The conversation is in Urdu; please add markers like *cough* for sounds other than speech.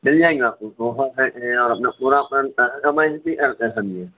مل جائیں گا آپ کو بہت سارے *unintelligible* اور اپنا پورا *unintelligible*